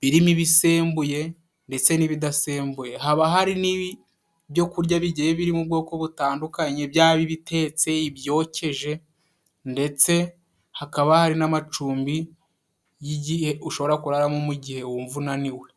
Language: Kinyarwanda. birimo ibisembuye ndetse n'ibidasembuye. Haba hari n'ibyo kurya bigiye birimo ubwoko butandukanye byaba ibitetse, ibyokeje, ndetse hakaba hari n'amacumbi y'igihe ushobora kuraramo mu gihe wumva unaniwe.